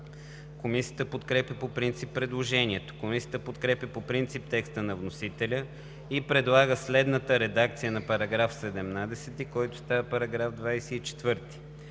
Комисията подкрепя по принцип предложението. Комисията подкрепя по принцип текста на вносителя и предлага следната редакция на § 17, който става § 24: „§ 24.